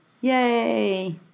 Yay